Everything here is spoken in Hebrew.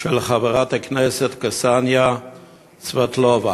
של חברת הכנסת קסַניה סבטלובה.